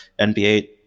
nba